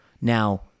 Now